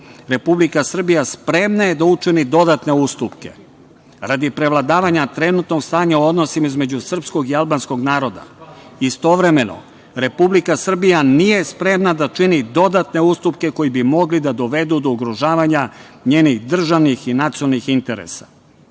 Republika Srbija spremna je da učini dodatne ustupke radi prevladavanja trenutnog stanja u odnosima između srpskog i albanskog naroda. Istovremeno, Republika Srbija nije spremna da čini dodatne ustupke koji bi mogli da dovedu do ugrožavanja njenih državnih i nacionalnih interesa.